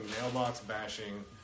mailbox-bashing